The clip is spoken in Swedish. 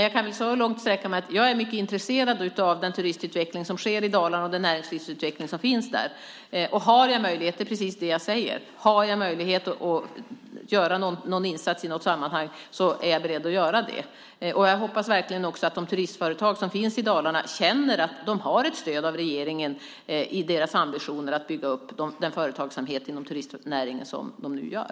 Jag kan säga så mycket som att jag är mycket intresserad av den turistutveckling som sker i Dalarna och den näringslivsutveckling som finns där. Har jag möjlighet att göra någon insats i något sammanhang är jag beredd att göra det. Jag hoppas verkligen att de turistföretag som finns i Dalarna känner att de har ett stöd av regeringen i sina ambitioner att bygga upp den företagsamhet inom turistnäringen som de nu gör.